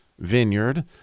vineyard